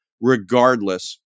regardless